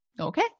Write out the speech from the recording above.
Okay